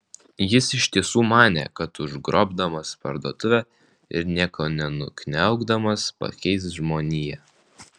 jis iš tiesų manė kad užgrobdamas parduotuvę ir nieko nenukniaukdamas pakeis žmoniją